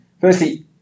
Firstly